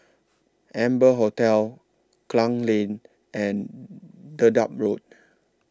Amber Hotel Klang Lane and Dedap Road